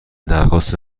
درخواست